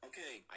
Okay